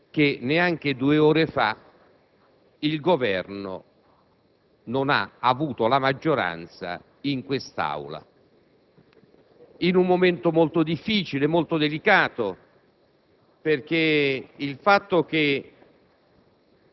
meno di due ore fa, il Governo non ha ottenuto la maggioranza in quest'Aula in un momento molto difficile, molto delicato, perché il fatto che